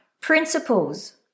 principles